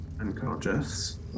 Unconscious